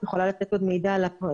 את יכולה לתת עוד מידע על הפרטים?